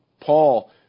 Paul